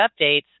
updates